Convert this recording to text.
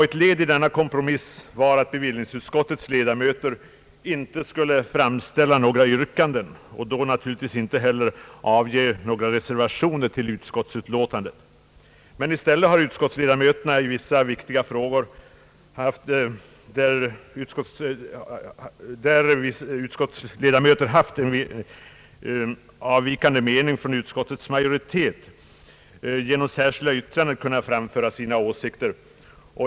Ett led i denna kompromiss var att bevillningsutskottets ledamöter inte skulle framställa några yrkanden och då naturligtvis inte heller avge några reservationer till utskottets betänkande. I stället har de utskottsledamöter som i vissa viktiga frågor haft en annan mening än utskottets majoritet genom särskilda yttranden kunnat framföra sina åsikter.